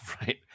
Right